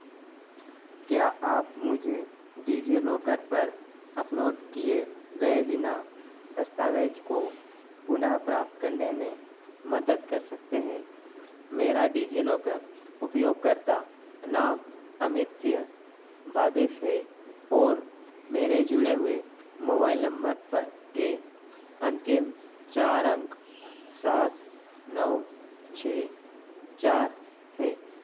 क्या आप मुझे डिजिलॉकर पर अपलोड किए गए बिना दस्तावेज़ को पुनः प्राप्त करने में मदद कर सकते हैं मेरा डिजिलॉकर उपयोगकर्ता नाम अमित सिंह बाइस है और मेरे जुड़े हुए मोबाइल नंबर पर के अंतिम चार अंक सात नौ छः चार हैं